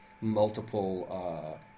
multiple